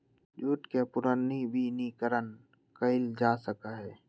jute के पुनर्नवीनीकरण कइल जा सका हई